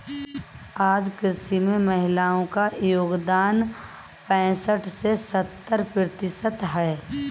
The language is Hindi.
आज कृषि में महिलाओ का योगदान पैसठ से सत्तर प्रतिशत है